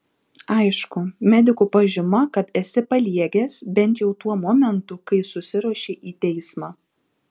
aišku medikų pažyma kad esi paliegęs bent jau tuo momentu kai susiruošei į teismą